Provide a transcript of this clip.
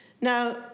now